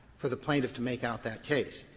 for the plaintiff to make out that case.